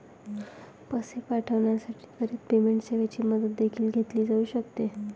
पैसे पाठविण्यासाठी त्वरित पेमेंट सेवेची मदत देखील घेतली जाऊ शकते